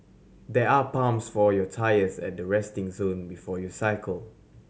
there are pumps for your tyres at the resting zone before you cycle